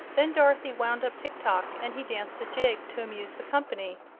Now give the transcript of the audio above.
then dorothy wound up tik-tok and he danced a jig to amuse the company,